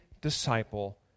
disciple